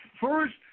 first